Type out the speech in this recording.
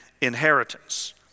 inheritance